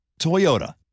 Toyota